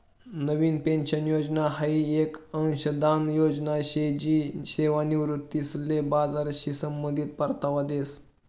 नवीन pension योजना हाई येक अंशदान योजना शे जी सेवानिवृत्तीसले बजारशी संबंधित परतावा देस